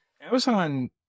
Amazon